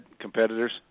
competitors